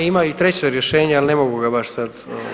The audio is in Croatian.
E ima i treće rješenje, ali ne mogu ga baš sad.